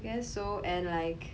I guess so and like